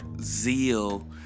zeal